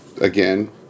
again